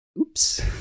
oops